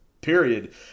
period